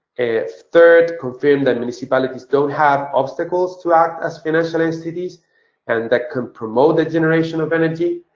third, confirm that municipalities don't have obstacles to act as financial entities and that can promote the generation of energy.